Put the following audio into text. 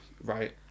Right